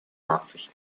наций